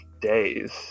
days